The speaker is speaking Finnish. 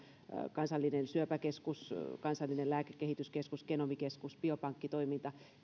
kansallinen syöpäkeskus kansallinen lääkekehityskeskus genomikeskus biopankkitoiminta